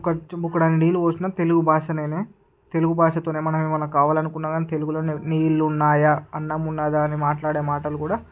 ఒక చెంబుకూడా నీళ్ళు పోసినా తెలుగు భాష నేనే తెలుగు భాషతోనే మనం ఇవాళ కావాలనుకున్నా కాని తెలుగులోనే నీళ్ళున్నాయ అన్నం ఉందా అని మాట్లాడే మాటలు కూడా